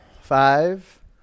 Five